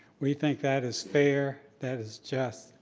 we think that is fair, that is just,